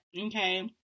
Okay